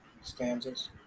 stanzas